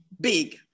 big